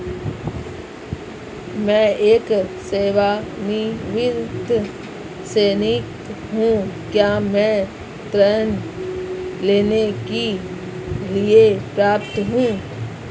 मैं एक सेवानिवृत्त सैनिक हूँ क्या मैं ऋण लेने के लिए पात्र हूँ?